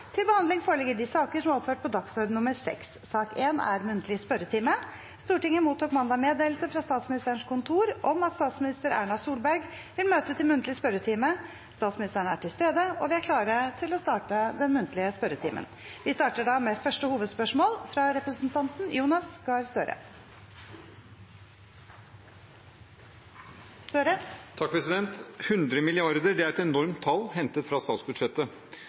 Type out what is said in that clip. Stortinget mottok mandag meddelelse fra Statsministerens kontor om at statsminister Erna Solberg vil møte til muntlig spørretime. Statsministeren er til stede, og vi er klare til å starte den muntlige spørretimen. Vi starter da med første hovedspørsmål, fra representanten Jonas Gahr Støre. 100 milliarder er et enormt tall, hentet fra statsbudsjettet.